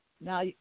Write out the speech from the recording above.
Now